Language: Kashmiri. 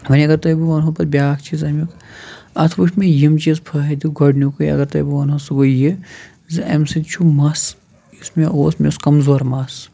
وۄنۍ اگر تۄہہِ بہٕ وَنہو پَتہٕ بیٛاکھ چیٖز امیُک اَتھ وُچھ مےٚ یِم چیٖز فٲہِدٕ گۄڈنیُکُے اگر تۄہہِ بہٕ وَنہو سُہ گوٚو یہِ زِ امہِ سۭتۍ چھُ مَس یُس مےٚ اوس مےٚ اوس کمزور مَس